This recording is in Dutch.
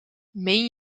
meen